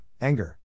anger